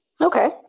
Okay